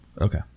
Okay